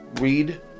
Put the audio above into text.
read